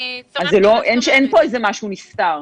אני סומכת --- אין פה איזה משהו נסתר.